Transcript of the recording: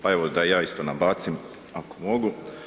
Pa evo da i ja isto nabacim ako mogu.